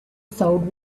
sold